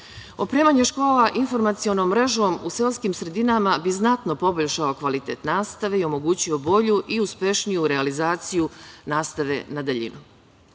nivou. Opremanje škola informacionom mrežom u seoskim sredinama bi znatno poboljšao kvalitet nastave i omogućio bolju i uspešniju realizaciju nastave na daljinu.